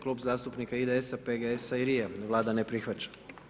Klub zastupnika IDS-a, PGS-a i LRI-a, Vlada ne prihvaća.